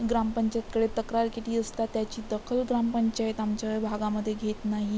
ग्रामपंचायतीकडे तक्रार केली असता त्याची दखल ग्रामपंचायत आमच्या भागामध्ये घेत नाही